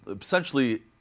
essentially